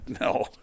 No